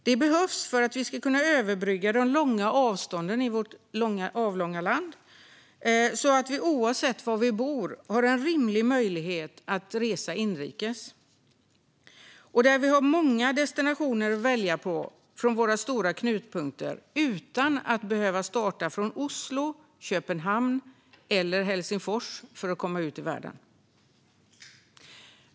Det behövs för att vi ska kunna överbrygga de långa avstånden i vårt avlånga land, så att vi har rimlig möjlighet att resa inrikes, oavsett var vi bor, och många destinationer att välja på från våra stora knutpunkter för att komma ut i världen utan att behöva starta från Oslo, Köpenhamn eller Helsingfors.